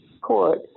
court